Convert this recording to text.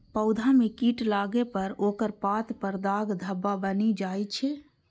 पौधा मे कीट लागै पर ओकर पात पर दाग धब्बा बनि जाइ छै